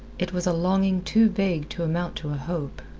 it was a longing too vague to amount to a hope.